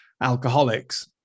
alcoholics